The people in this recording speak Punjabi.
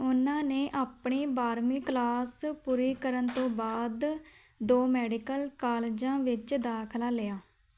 ਉਨ੍ਹਾਂ ਨੇ ਆਪਣੀ ਬਾਰ੍ਹਵੀਂ ਕਲਾਸ ਪੂਰੀ ਕਰਨ ਤੋਂ ਬਾਅਦ ਦੋ ਮੈਡੀਕਲ ਕਾਲਜਾਂ ਵਿੱਚ ਦਾਖਲਾ ਲਿਆ